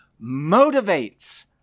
motivates